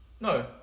No